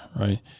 right